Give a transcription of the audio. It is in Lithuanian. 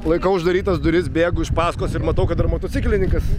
laikau uždarytas duris bėgu iš pasakos ir matau kad dar motociklininkas